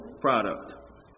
product